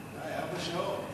אני כאן ארבע שעות.